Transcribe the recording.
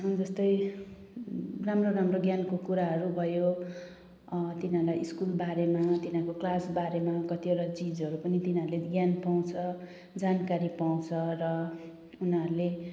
जस्तै राम्रो राम्रो ज्ञानका कुराहरू भयो तिनीहरूलाई स्कुलबारेमा तिनीहरूको क्लासबारेमा कतिवटा चिजहरू पनि तिनीहरूले ज्ञान पाउँछ जानकारी पाउँछ र उनीहरूले